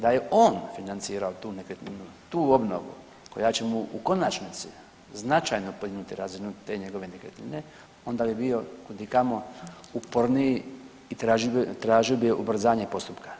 Da je on financirao tu nekretninu, tu obnovu koja će mu u konačnici značajno podignuti razinu te njegove nekretnine onda bi bio kud i kamo uporniji i tražio bi ubrzanje postupka.